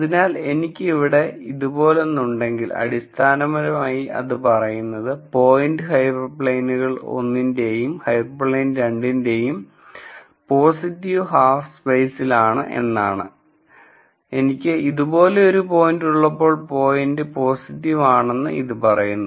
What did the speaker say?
അതിനാൽ എനിക്ക് ഇവിടെ ഇതുപോലൊന്ന് ഉണ്ടെങ്കിൽ അടിസ്ഥാനപരമായി അത് പറയുന്നത് പോയിന്റ് ഹൈപ്പർപ്ലെയ്നുകൾ 1 ന്റെയും ഹൈപ്പർപ്ലെയ്ൻ 2 ന്റെയും പോസിറ്റീവ് ഹാഫ് സ്പെയ്സിലാണ് എന്നാണ് എനിക്ക് ഇതുപോലെ ഒരു പോയിന്റ് ഉള്ളപ്പോൾ പോയിന്റ് പോസിറ്റീവ് ആണെന്ന് ഇത് പറയുന്നു